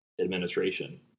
administration